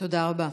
תודה רבה.